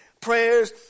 prayers